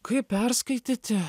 kaip perskaityti